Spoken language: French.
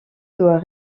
doit